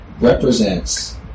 represents